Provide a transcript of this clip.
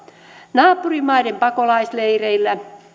naapurimaiden pakolaisleireillä